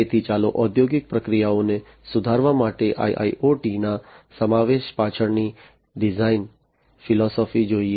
તેથી ચાલો ઔદ્યોગિક પ્રક્રિયાઓને સુધારવા માટે IIoT ના સમાવેશ પાછળની ડિઝાઇન ફિલસૂફી જોઈએ